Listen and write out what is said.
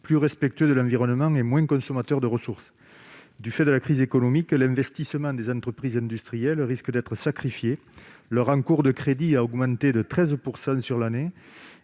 plus respectueux de l'environnement et moins consommateurs de ressources. Du fait de la crise économique, l'investissement des entreprises industrielles risque d'être sacrifié. Leur encours de crédit a augmenté de 13 % sur l'année.